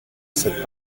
cette